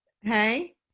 Hey